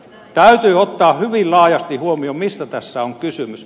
täytyy ottaa hyvin laajasti huomioon mistä tässä on kysymys